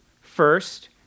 First